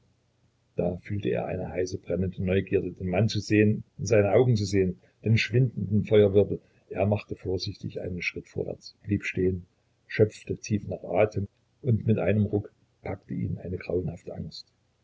da fühlte er eine heiße brennende neugierde den mann zu sehen in seine augen zu sehen den schwindenden feuerwirbel er machte vorsichtig einen schritt vorwärts blieb stehen schöpfte tief nach atem und mit einem ruck packte ihn eine grauenhafte angst